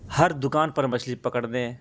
ہر دکان پر مچھلی پکڑنے